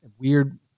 weird